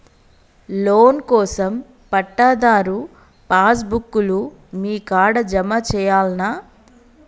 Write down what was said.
Loan కోసం పట్టాదారు passbook లు మీ కాడా జమ చేయల్నా?